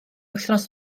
wythnos